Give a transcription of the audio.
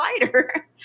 lighter